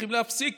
צריכים להפסיק